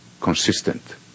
consistent